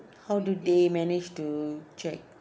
how do they managed to check